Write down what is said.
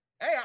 Hey